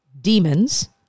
Demons